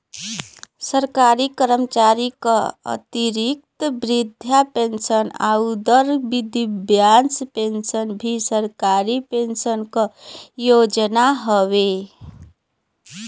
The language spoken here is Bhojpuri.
सरकारी कर्मचारी क अतिरिक्त वृद्धा पेंशन आउर दिव्यांग पेंशन भी सरकारी पेंशन क योजना हउवे